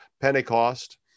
Pentecost